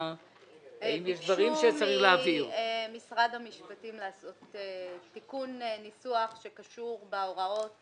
הפכנו את הנושא של הטבות המס להסתייגות על שמות חברי